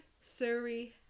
Surrey